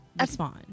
respond